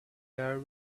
there